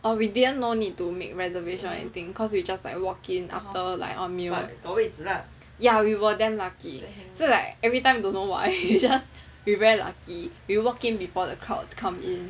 or we didn't know we need to make reservation or anything cause we just like walk in after like our meal we were damn lucky so like everytime don't know why just we were lucky we walk in before the crowds come in and then